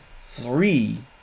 three